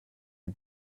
die